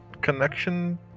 connection